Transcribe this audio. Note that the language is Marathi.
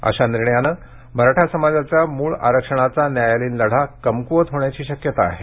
अशा निर्णयाने मराठा समाजाच्या मूळ आरक्षणाचा न्यायालयीन लढा कमक्वत होण्याची शक्यता आहे